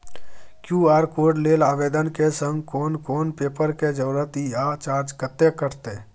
QR code लेल आवेदन के संग कोन कोन पेपर के जरूरत इ आ चार्ज कत्ते कटते?